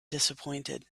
disappointed